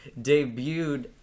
debuted